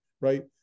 right